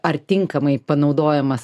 ar tinkamai panaudojamas